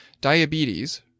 Diabetes